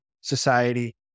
society